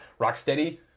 Rocksteady